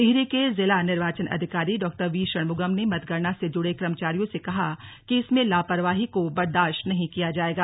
टिहरी के जिला निर्वाचन अधिकारी डॉ वी षणमुगम ने मतगणना से जुड़े कर्मचारियों से कहा कि इसमें लापरवाही को बर्दाश्त नहीं किया जाएगा